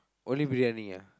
only briyani ah